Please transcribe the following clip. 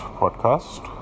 podcast